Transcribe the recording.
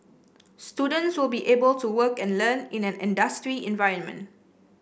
students will be able to work and learn in an industry environment